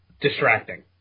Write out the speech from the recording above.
distracting